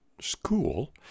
school